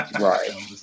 Right